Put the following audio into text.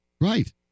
Right